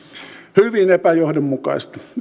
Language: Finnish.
hyvin epäjohdonmukaista